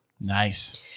Nice